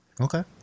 Okay